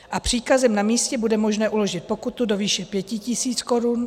A příkazem na místě bude možné uložit pokutu do výše 5 tis. korun.